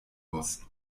muss